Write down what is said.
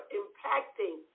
impacting